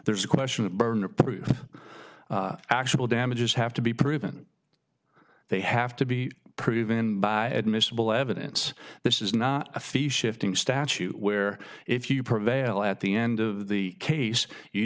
there's a question of burden of proof actual damages have to be proven they have to be proven by admissible evidence this is not a fee shifting statute where if you prevail at the end of the case you